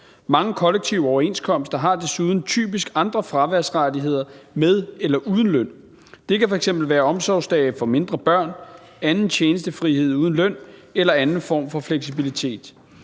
Mange kollektive overenskomster har desuden typisk andre fraværsrettigheder med eller uden løn. Det kan f.eks. være omsorgsdage for mindre børn, anden tjenestefrihed uden løn eller anden form for fleksibilitet.